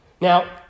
Now